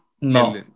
No